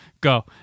Go